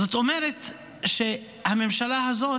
זאת אומרת, הממשלה הזאת,